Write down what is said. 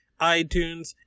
iTunes